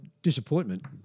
Disappointment